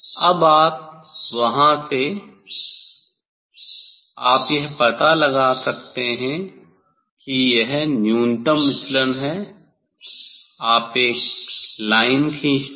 अब वहां से आप यह पता लगा सकते हैं कि यह न्यूनतम विचलन है आप एक लाइन खींचते हैं